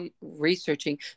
researching